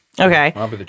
Okay